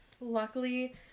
Luckily